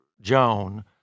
Joan